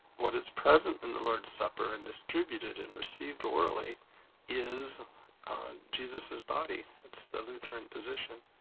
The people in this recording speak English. what is present in the lord's supper and distributed and received orally is jesus's body that's the lutheran position.